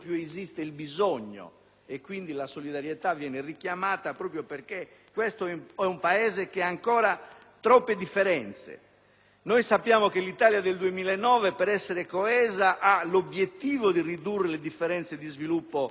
la solidarietà viene richiamata perché questo è un Paese che ha ancora troppe differenze. Sappiamo che l'Italia del 2009 per essere coesa ha l'obiettivo di ridurre le differenze di sviluppo che ha registrato finora.